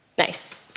nice.